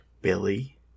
Billy